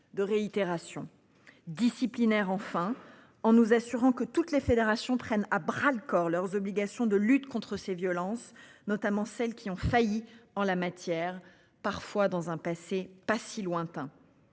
de réitération disciplinaire enfin en nous assurant que toutes les fédérations prennent à bras-le-corps leurs obligations de lutte contre ces violences, notamment celles qui ont failli en la matière parfois dans un passé pas si lointain.